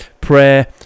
Prayer